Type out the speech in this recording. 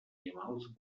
animals